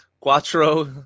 Quatro